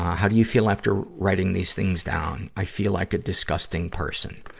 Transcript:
how do you feel after writing these things down? i feel like a disgusting person.